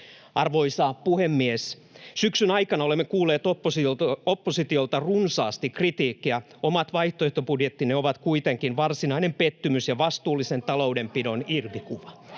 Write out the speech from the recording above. Arvoisa puhemies! Syksyn aikana olemme kuulleet oppositiolta runsaasti kritiikkiä. Omat vaihtoehtobudjettinne ovat kuitenkin varsinainen pettymys ja vastuullisen taloudenpidon irvikuva.